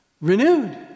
renewed